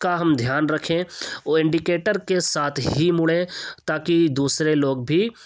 کا ہم دھیان رکھیں اور اینڈیکیٹر کے ساتھ ہی مڑیں تاکہ دوسرے لوگ بھی